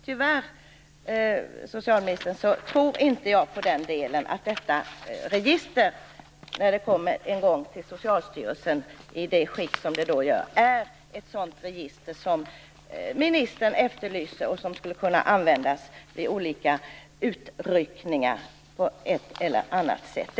Tyvärr, socialministern, tror jag därför inte på att detta register, när det en gång kommer till Socialstyrelsen i detta skick, är ett sådant register som ministern efterlyser och som på ett eller annat sätt skulle kunna användas vid olika utryckningar.